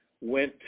went